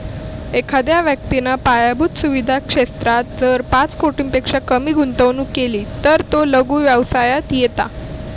एखाद्या व्यक्तिन पायाभुत सुवीधा क्षेत्रात जर पाच कोटींपेक्षा कमी गुंतवणूक केली तर तो लघु व्यवसायात येता